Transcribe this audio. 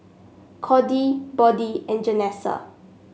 Cordie Bode and Janessa